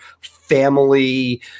family